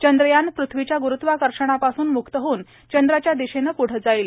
चंद्रयान पृथ्वीच्या ग्रूत्वाकर्षणापासून मुक्त होऊन चंद्राच्या दिशेनं प्ढं जाईल